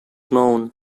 known